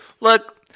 Look